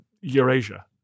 Eurasia